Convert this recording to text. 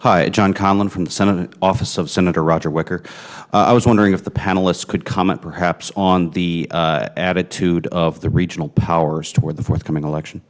hi john comment from some of the office of senator roger wicker i was wondering if the panelists could comment perhaps on the attitude of the regional powers toward the forthcoming election